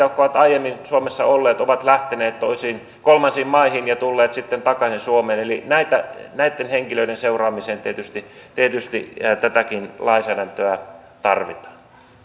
ovat aiemmin suomessa olleet ja jotka ovat lähteneet kolmansiin maihin ja tulleet sitten takaisin suomeen eli näiden henkilöiden seuraamiseen tietysti tietysti tätäkin lainsäädäntöä tarvitaan